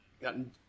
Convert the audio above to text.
gotten